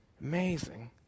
amazing